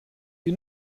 you